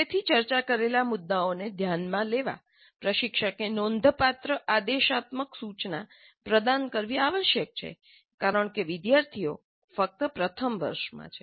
પહેલેથી ચર્ચા કરેલા મુદ્દાઓને ધ્યાનમાં લેવા પ્રશિક્ષકે નોંધપાત્ર આદેશાત્મક સૂચના પ્રદાન કરવી આવશ્યક છે કારણ કે વિદ્યાર્થીઓ ફક્ત પ્રથમ વર્ષમાં છે